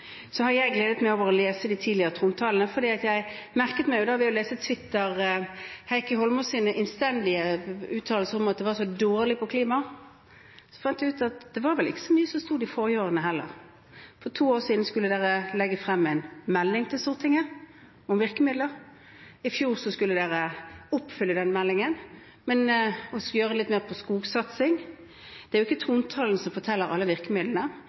trontalene, for jeg merket meg Heikki Holmås’ innstendige uttalelser på Twitter om at trontalen var så dårlig på klima. Så fant jeg ut at det var vel ikke så mye som sto om det de forrige årene heller. For to år siden skulle dere legge frem en melding til Stortinget om virkemidler. I fjor skulle dere oppfylle den meldingen og også gjøre litt mer på skogsatsing. Trontalen forteller ikke om alle virkemidlene. Det kommer en del virkemidler i forbindelse med budsjettet. Og så er